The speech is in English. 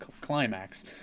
climax